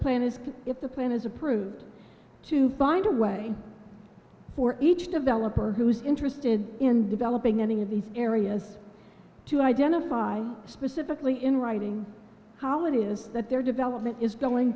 plan is if the plan is approved to bind a way for each developer who is interested in developing any of these areas to identify specifically in writing how it is that their development is going